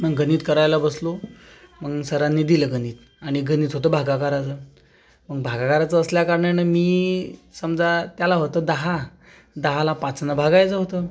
मग गणित करायला बसलो मग सरांनी दिलं गणित आणि गणित होतं भागाकाराचं मग भागाकाराचं असल्याकारणाने मी समजा त्याला होतो दहा दहाला पाचनं भागायचं होतं